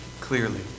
clearly